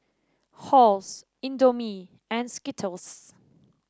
Halls Indomie and Skittles